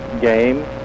game